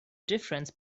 difference